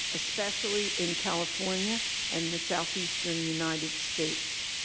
especially in california and the southeastern united states.